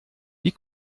wie